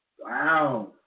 Wow